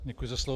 Děkuji za slovo.